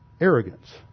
arrogance